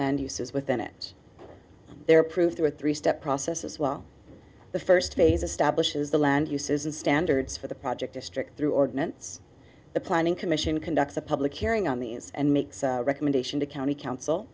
uses within it they're approved through a three step process as well the first phase establishes the land uses and standards for the project district through ordinance the planning commission conducts a public hearing on these and makes a recommendation to county coun